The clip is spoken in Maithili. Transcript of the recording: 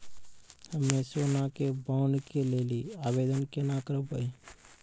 हम्मे सोना के बॉन्ड के लेली आवेदन केना करबै?